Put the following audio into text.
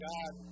God